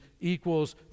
equals